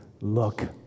look